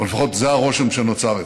או לפחות זה הרושם שנוצר אצלנו.